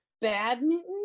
badminton